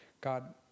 God